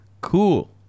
Cool